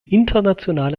internationale